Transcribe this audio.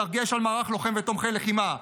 בדגש על מערך לוחם ותומכי לחימה,